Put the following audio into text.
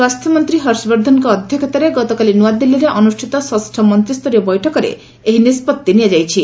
ସ୍ୱାସ୍ଥ୍ୟ ମନ୍ତ୍ରୀ ହର୍ଷବର୍ଦ୍ଧନଙ୍କ ଅଧ୍ୟକ୍ଷତାରେ ଗତକାଲି ନୂଆଦିଲ୍ଲୀରେ ଅନୁଷ୍ଠିତ ଷଷ୍ଠ ମନ୍ତ୍ରୀସ୍ତରୀୟ ବୈଠକରେ ଏହି ନିଷ୍ପତ୍ତି ନିଆଯାଇଛି